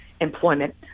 employment